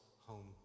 home